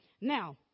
Now